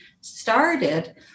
started